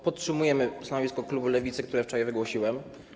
Podtrzymujemy stanowisko klubu Lewicy, które wczoraj przedstawiłem.